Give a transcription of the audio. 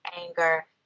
anger